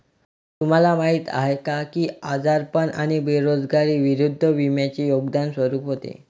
तुम्हाला माहीत आहे का की आजारपण आणि बेरोजगारी विरुद्ध विम्याचे योगदान स्वरूप होते?